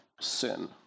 sin